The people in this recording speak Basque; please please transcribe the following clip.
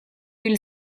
hil